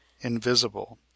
invisible